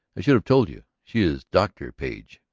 i should have told you she is dr. page,